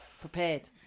prepared